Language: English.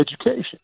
education